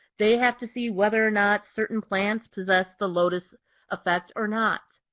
they have to see whether or not certain plants possess the lotus effect or not.